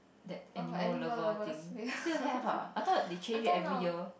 that animal lover thing still have ah I thought they change it every year